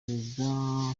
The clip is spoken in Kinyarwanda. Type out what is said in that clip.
perezida